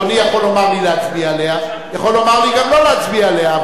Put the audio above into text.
אדוני יכול לומר לי להצביע עליה ויכול לומר לי גם לא להצביע עליה.